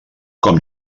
com